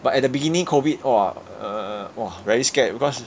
but at the beginning COVID !wah! uh !wah! very scared because